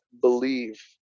believe